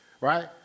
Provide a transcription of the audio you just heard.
Right